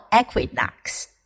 equinox